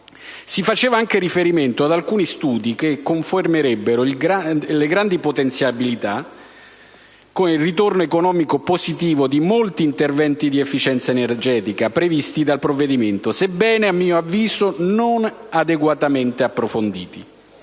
Si faceva anche riferimento ad alcuni studi che confermerebbero il grande potenziale, con un ritorno economico positivo, di molti interventi di efficienza energetica previsti dal provvedimento, sebbene - a mio avviso - non adeguatamente approfonditi.